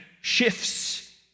shifts